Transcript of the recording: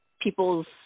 people's